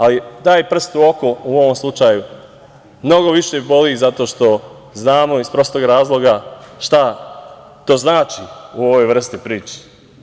A i taj prst u oko, u ovom slučaju, mnogo više boli zato što znamo, iz prostog razloga, šta to znači u ovoj vrsti priče.